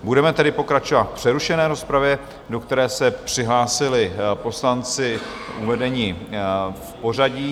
Budeme tedy pokračovat v přerušené rozpravě, do které se přihlásili poslanci uvedení v pořadí.